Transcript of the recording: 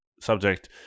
subject